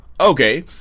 Okay